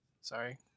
Sorry